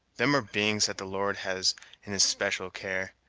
them are beings that the lord has in his special care,